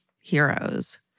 heroes